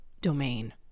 domain